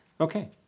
Okay